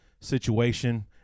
situation